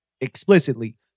explicitly